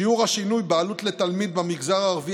שיעור השינוי בעלות לתלמיד במגזר הערבי